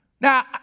now